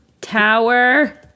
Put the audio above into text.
tower